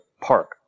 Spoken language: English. park